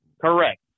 Correct